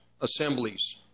assemblies